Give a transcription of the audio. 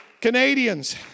Canadians